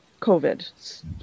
COVID